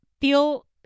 feel